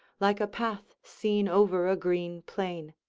like a path seen over a green plain.